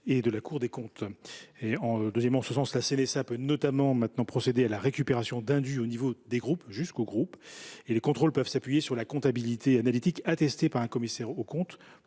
et à la Cour des comptes. Deuxièmement, la CNSA peut désormais procéder à la récupération d’indus jusqu’au niveau du groupe. Troisièmement, les contrôles peuvent s’appuyer sur la comptabilité analytique attestée par un commissaire aux comptes,